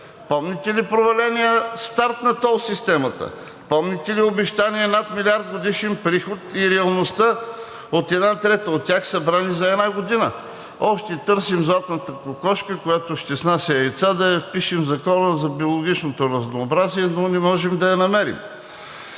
помните ли проваления старт на тол системата; помните ли обещания над милиард годишен приход и реалността от една трета от тях, събрани за една година? Още търсим златната кокошка, която ще снася яйца, за да я впишем в Закона за биологичното разнообразие, но не можем да я намерим.